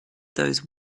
those